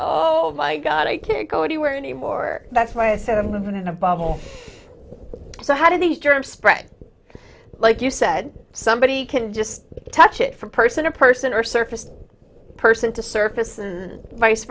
oh my god i can't go anywhere anymore that's why i said i'm living in a bubble so how did the germ spread like you said somebody can just touch it from person or person or surface person to surface and vice